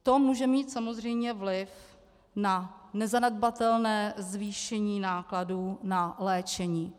To může mít samozřejmě vliv na nezanedbatelné zvýšení nákladů na léčení.